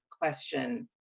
Question